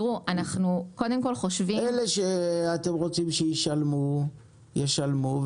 אלה שאתם רוצים שישלמו ישלמו,